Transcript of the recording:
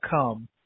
come